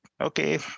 okay